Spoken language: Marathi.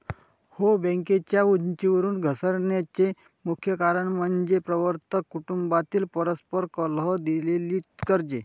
हो, बँकेच्या उंचीवरून घसरण्याचे मुख्य कारण म्हणजे प्रवर्तक कुटुंबातील परस्पर कलह, दिलेली कर्जे